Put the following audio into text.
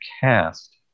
cast